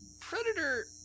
Predator